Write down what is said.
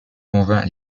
convainc